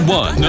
one